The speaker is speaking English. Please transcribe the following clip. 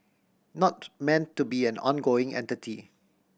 not meant to be an ongoing entity